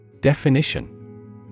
Definition